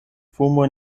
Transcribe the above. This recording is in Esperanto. fumo